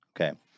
Okay